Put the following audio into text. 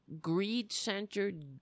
greed-centered